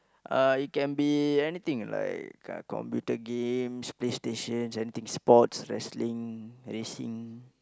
uh it can be anything like computer games play stations anything sports wrestling racing